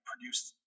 produced